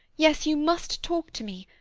yes you must talk to me.